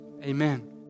Amen